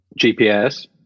GPS